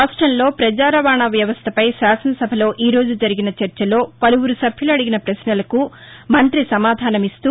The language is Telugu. రాష్ట్రంలో పజారవాణా వ్యవస్థపై శాసనసభలో ఈ రోజు జరిగిన చర్చలో పలువురు సభ్యులు అడిగిన ప్రశ్నలకు మంతి అచ్చెన్నాయుడు సమాధానమిస్తూ